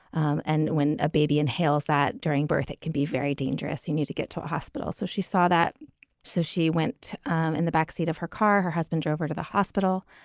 and when a baby inhales that during birth, it can be very dangerous. you need to get to a hospital. so she saw that so she went um in the backseat of her car. her husband drove her to the hospital.